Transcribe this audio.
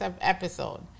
episode